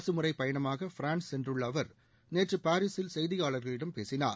அரசுமுறை பயணமாக பிரான்ஸ் சென்றுள்ள அவர் நேற்று பாரிஸில் செய்தியாளர்களிடம் பேசினார்